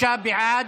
46 בעד,